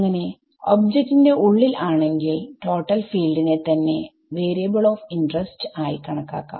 അങ്ങനെ ഒബ്ജക്റ്റ് ന്റെ ഉള്ളിൽ ആണെങ്കിൽ ടോട്ടൽ ഫീൽഡിനെ തന്നെ വാരിയബിൾ ഓഫ് ഇന്റെറെസ്റ്റ് ആയി കണക്കാക്കാം